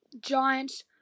Giants